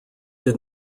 did